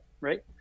Right